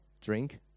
drink